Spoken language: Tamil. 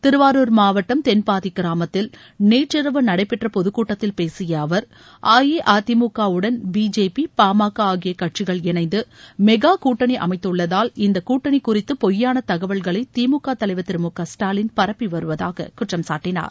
திருவாரூர் மாவட்டம் தென்பாதி கிராமத்தில் நேற்றிரவு நடைபெற்ற பொதுக்கூட்டத்தில் பேசிய அவர் அஇஅதிமுக உடன் பிஜேபி பா ம க ஆகிய கட்சிகள் இணைந்து மெகா கூட்டணி அமைத்துள்ளதால் இந்தக் கூட்டணி குறித்து பொய்யான தகவல்களை திமுக திரு மு க ஸ்டாலின் பரப்பி வருவதாக குற்றம்சாட்டினார்